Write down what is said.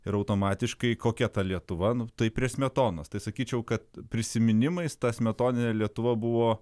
ir automatiškai kokia ta lietuva nu tai prie smetonos tai sakyčiau kad prisiminimais ta smetoninė lietuva buvo